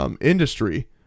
industry